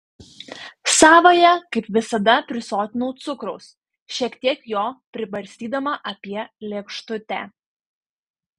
savąją kaip visada prisotinau cukraus šiek tiek jo pribarstydamas apie lėkštutę